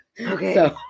Okay